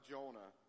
Jonah